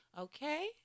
Okay